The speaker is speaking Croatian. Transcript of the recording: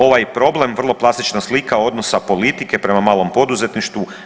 Ovaj problem vrlo plastična slika odnosa politike prema malom poduzetništvu.